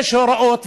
יש הוראות,